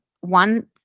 one